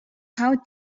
how